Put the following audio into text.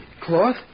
Cloth